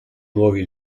nuovi